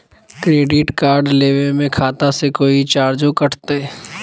Credit card लेवे में खाता से कोई चार्जो कटतई?